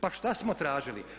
Pa što smo tražili?